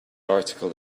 article